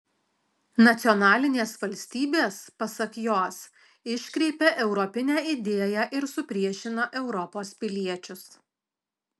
nacionalinės valstybės pasak jos iškreipia europinę idėją ir supriešina europos piliečius